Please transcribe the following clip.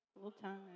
Full-time